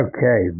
Okay